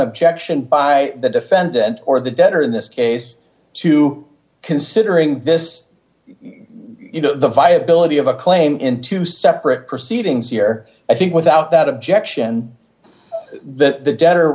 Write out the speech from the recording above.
objection by the defendant or the debtor in this case to considering this you know the viability of a claim in two separate proceedings here i think without that objection that the debtor